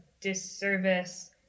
disservice